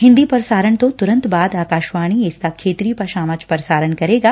ਹਿੰਦੀ ਪ੍ਰਸਾਰਣ ਤੋਂ ਤੁਰੰਤ ਬਾਅਦ ਆਕਾਸ਼ਵਾਣੀ ਇਸ ਦਾ ਖੇਤਰੀ ਭਾਸ਼ਾਵਾਂ ਚ ਪ੍ਰਸਾਰਣ ਕਰੇਗਾ